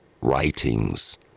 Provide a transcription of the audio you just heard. writings